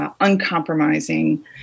uncompromising